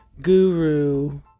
guru